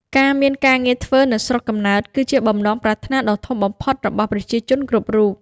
ការមានការងារធ្វើនៅស្រុកកំណើត គឺជាបំណងប្រាថ្នាដ៏ធំបំផុតរបស់ប្រជាជនគ្រប់រូប។